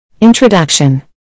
Introduction